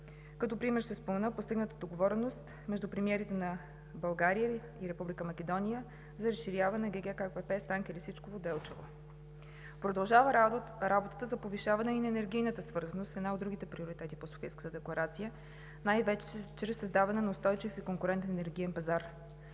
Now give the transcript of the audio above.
Като пример ще спомена постигнатата договореност между премиерите на България и на Република Македония за разширяване на ГКПП Станке Лисичково – Делчево. Продължава работата за повишаване и на енергийната свързаност – един от другите приоритети по Софийската декларация, най-вече чрез създаване на устойчив и конкурентен енергиен пазар.